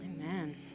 Amen